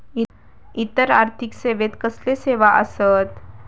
इतर आर्थिक सेवेत कसले सेवा आसत?